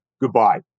Goodbye